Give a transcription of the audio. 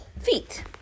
feet